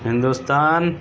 Hindustan